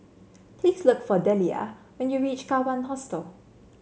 please look for Dellia when you reach Kawan Hostel